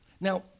Now